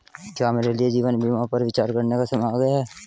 क्या मेरे लिए जीवन बीमा पर विचार करने का समय आ गया है?